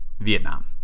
Vietnam